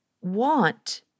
want